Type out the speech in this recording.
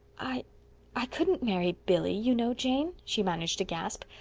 i i couldn't marry bill, you know, jane she managed to gasp.